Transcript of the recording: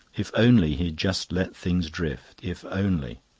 if only he'd just let things drift! if only.